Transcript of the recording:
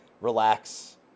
relax